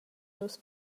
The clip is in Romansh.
nus